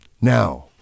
Now